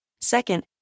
Second